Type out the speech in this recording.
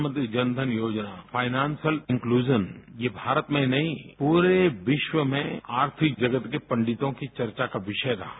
प्रधानमंत्री जनधन योजना फाइनेंसियल इंक्लूजन ये भारत में ही नहीं पूरे विश्व में आर्थिक जगत के पंडितों की चर्चा का विषय रहा